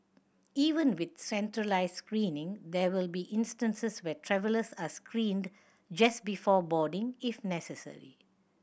even with centralised screening there will be instances where travellers are screened just before boarding if necessary